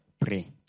Pray